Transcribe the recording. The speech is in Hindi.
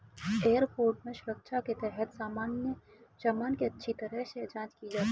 एयरपोर्ट में सुरक्षा के तहत सामान की अच्छी तरह से जांच की जाती है